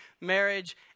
marriage